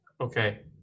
Okay